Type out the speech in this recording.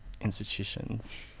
institutions